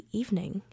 evening